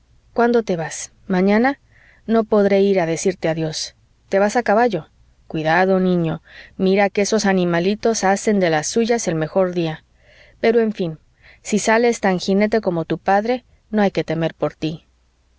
cuándo te vas mañana no podré ir a decirte adiós te vas a caballo cuidado niño mira que esos animalitos hacen de las suyas el mejor día pero en fin si sales tan jinete como tu padre no hay que temer por tí